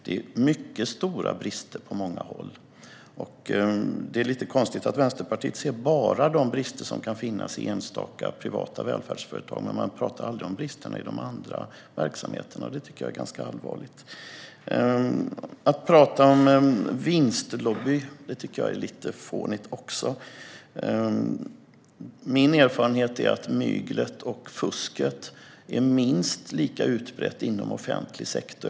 Det är mycket stora brister på många håll. Det är lite konstigt att Vänsterpartiet bara ser de brister som kan finnas i enstaka privata välfärdsföretag. Men man talar aldrig om bristerna i de andra verksamheterna. Det tycker jag är ganska allvarligt. Jag tycker också att det är lite fånigt att tala om vinstlobby. Min erfarenhet är att myglet och fusket är minst lika utbrett inom offentlig sektor.